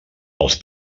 els